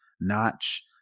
notch